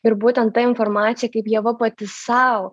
ir būtent ta informacija kaip ieva pati sau